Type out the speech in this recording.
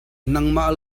nangmah